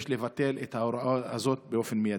יש לבטל את ההוראה הזאת באופן מיידי.